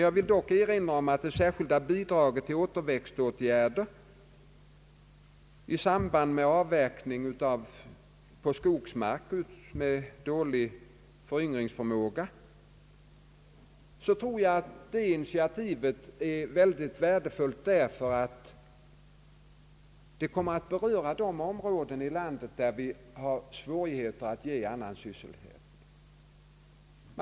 Jag vill dock erinra om att det särskilda bidraget till återväxtåtgärder i samband med avverkning på skogsmark med dålig föryngringsförmåga är ett mycket värdefullt initiativ, ty det kommer att beröra de områden i landet där vi har svårigheter att ge annan sysselsättning.